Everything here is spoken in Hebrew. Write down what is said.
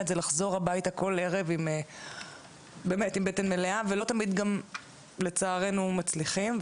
זה לחזור הביתה כל ערב עם בטן מלאה ולא תמיד גם לצערנו מצליחים,